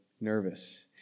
nervous